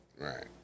Right